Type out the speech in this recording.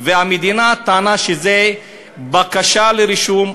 והמדינה טענה שזה בקשה לרישום,